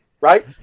right